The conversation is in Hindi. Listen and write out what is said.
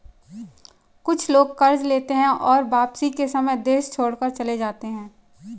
कुछ लोग कर्ज लेते हैं और वापसी के समय देश छोड़कर चले जाते हैं